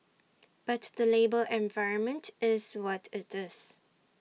but the labour environment is what IT is